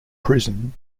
prison